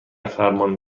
فرمان